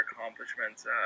accomplishments